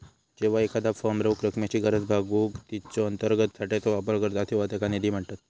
जेव्हा एखादा फर्म रोख रकमेची गरज भागवूक तिच्यो अंतर्गत साठ्याचो वापर करता तेव्हा त्याका निधी म्हणतत